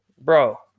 bro